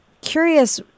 curious